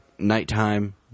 nighttime